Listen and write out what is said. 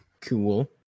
Cool